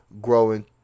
growing